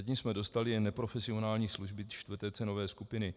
Zatím jsme dostali jen neprofesionální služby 4. cenové skupiny.